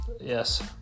yes